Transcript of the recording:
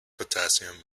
potassium